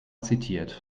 zitiert